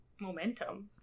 momentum